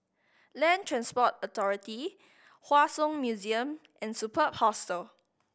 Land Transport Authority Hua Song Museum and Superb Hostel